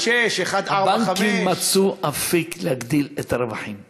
1.45. הבנקים מצאו אפיק להגדיל את הרווחים פשוט.